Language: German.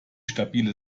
stabile